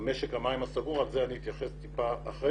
משק המים הסגור - ולזה אני אתייחס אחר